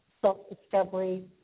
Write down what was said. self-discovery